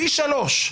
פי שלושה.